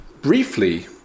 briefly